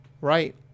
Right